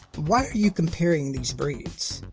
why are you comparing these breeds?